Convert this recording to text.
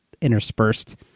interspersed